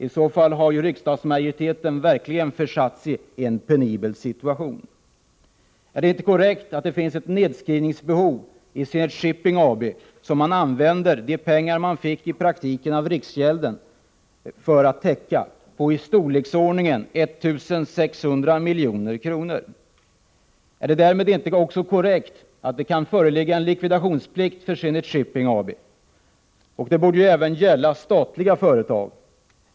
I så fall har riksdagsmajoriteten verkligen försatt sig i en penibel situation. Är det inte korrekt att det finns ett nedskrivningsbehov i Zenit Shipping — som man använder de pengar man fick av riksgälden för att täcka — på i storleksordningen 1 600 milj.kr.? Är det inte därmed också korrekt att det kan föreligga en likvidationsplikt för Zenit Shipping AB? En sådan regel borde även gälla statliga företag.